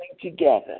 together